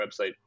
website